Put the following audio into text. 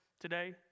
today